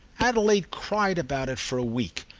adelaide cried about it for a week,